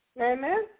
Amen